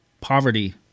poverty